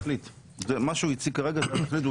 מה שהוא הציג כרגע, זו התכלית.